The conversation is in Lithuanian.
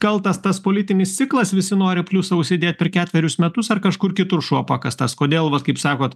kaltas tas politinis ciklas visi nori pliusą užsidėt per ketverius metus ar kažkur kitur šuo pakastas kodėl vat kaip sakot